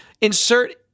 insert